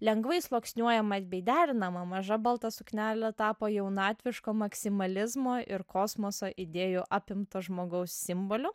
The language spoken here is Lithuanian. lengvai sluoksniuojama bei derinama maža balta suknelė tapo jaunatviško maksimalizmo ir kosmoso idėjų apimto žmogaus simboliu